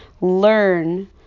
learn